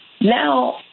Now